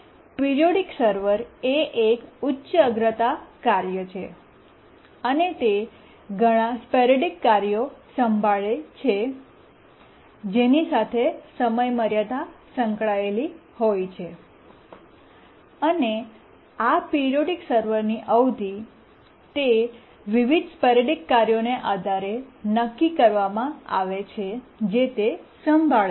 periodic server એ એક ઉચ્ચ અગ્રતા કાર્ય છે અને તે ઘણા સ્પોરૈડિક કાર્યો સંભાળે છે જેની સાથેસમયમર્યાદા સંકળાયેલી હોય છે અને આ પિરીયોડીક સર્વરની અવધિ તે વિવિધ સ્પોરૈડિક કાર્યોને આધારે નક્કી કરવામાં આવે છે જે તે સંભાળે છે